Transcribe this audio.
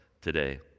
today